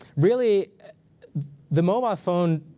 really the mobile phone,